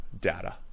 data